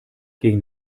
gegen